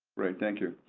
great, thank you.